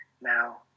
now